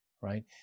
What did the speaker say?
right